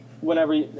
whenever